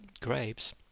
grapes